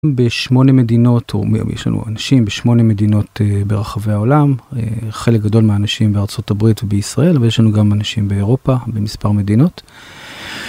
בשמונה מדינות יש לנו אנשים בשמונה מדינות ברחבי העולם חלק גדול מהאנשים בארצות הברית ובישראל ויש לנו גם אנשים באירופה במספר מדינות.